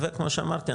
וכמו שאמרתי,